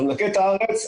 אנחנו ננקה את הארץ,